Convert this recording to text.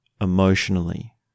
emotionally